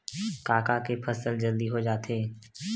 का का के फसल जल्दी हो जाथे?